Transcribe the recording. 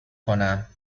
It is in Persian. کنم